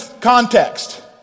context